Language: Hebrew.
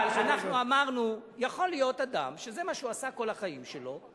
אבל אנחנו אמרנו: יכול להיות אדם שזה מה שהוא עשה כל החיים שלו,